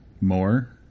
more